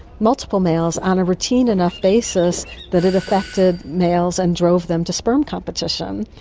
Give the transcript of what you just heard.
multiple males, on a routine enough basis that it affected males and drove them to sperm competition.